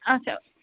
اچھا